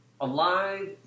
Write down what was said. alive